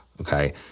okay